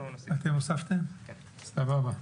סבבה.